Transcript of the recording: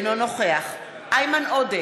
אינו נוכח איימן עודה,